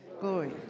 Glory